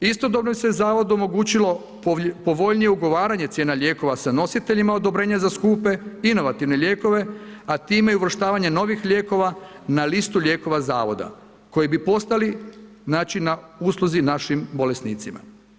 Istodobno bi se Zavodu omogućilo povoljnije ugovaranje cijena lijekova sa nositeljima odobrenja za skupe inovativne lijekove, a time i uvrštavanje novih lijekova na listu lijekova Zavoda koji bi postali znači, na usluzi našim bolesnicima.